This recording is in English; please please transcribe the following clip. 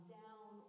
down